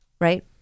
right